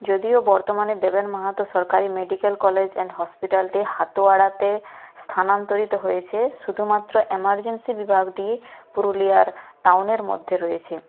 যদিও বর্তমানে দেবেন মাহাতো সরকারি মেডিকেল কলেজ অ্যান্ড হসপিটালটি হাতোয়াড়াতে স্থানান্তরিত হয়েছে শুধুমাত্র এমার্জেন্সি বিভাগটি পুরুলিয়ার টাউনের মধ্যে রয়েছে